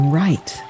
right